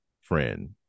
friend